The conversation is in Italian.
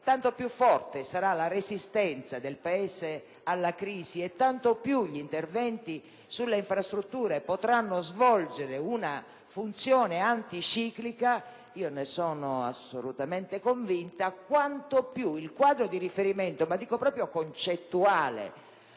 Tanto più forte sarà la resistenza del Paese alla crisi e tanto più gli interventi sulle infrastrutture potranno svolgere una funzione anticiclica - ne sono assolutamente convinta - quanto più il quadro di riferimento concettuale